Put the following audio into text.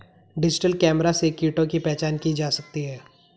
digital camera से कीटों की पहचान की जा सकती है